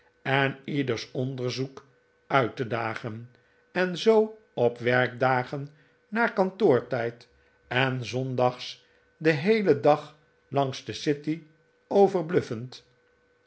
en ieders onderzoek uit te dagen en zoo op werkdagen na kantoortijd en s zondags den heelen dag lang de city